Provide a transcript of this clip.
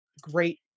great